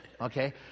Okay